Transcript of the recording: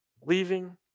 leaving